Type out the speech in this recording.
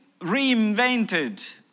reinvented